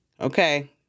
Okay